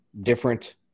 different